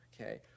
Okay